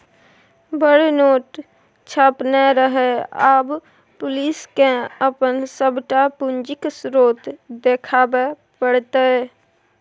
बड़ नोट छापने रहय आब पुलिसकेँ अपन सभटा पूंजीक स्रोत देखाबे पड़तै